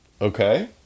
Okay